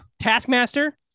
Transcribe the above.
Taskmaster